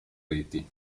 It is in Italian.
reti